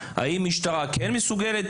בסוגייה האם משטרה כן מסוגלת,